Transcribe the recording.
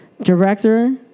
director